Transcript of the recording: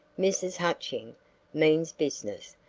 mrs. hutching means business,